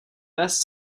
best